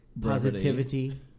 Positivity